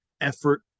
effort